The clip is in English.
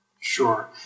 sure